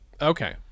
Okay